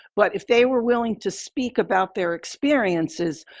but if they were willing to speak about their experiences,